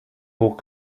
hoch